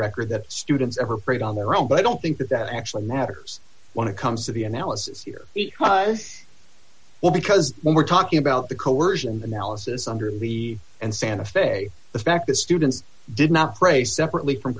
record that students ever prayed on their own but i don't think that that actually matters when it comes to the analysis here as well because when we're talking about the coersion analysis under the and santa fe the fact that students did not pray separately from